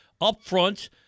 upfront